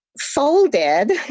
folded